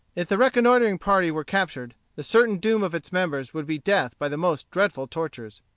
if the reconnoitring party were captured, the certain doom of its members would be death by the most dreadful tortures.